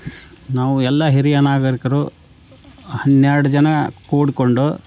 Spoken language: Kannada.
ನಾವು ಎಲ್ಲ ಹಿರಿಯ ನಾಗರಿಕರು ಹನ್ನೆರಡು ಜನ ಕೂಡಿಕೊಂಡು